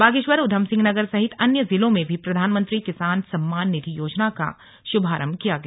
बागेश्वर उधमसिंह नगर सहित अन्य जिलों में भी प्रधानमंत्री किसान सम्मान निधि योजना का शुभारंभ किया गया